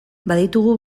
baditugu